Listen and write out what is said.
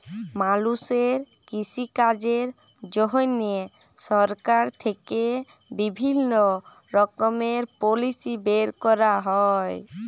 মালুষের কৃষিকাজের জন্হে সরকার থেক্যে বিভিল্য রকমের পলিসি বের ক্যরা হ্যয়